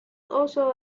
also